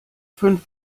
fünf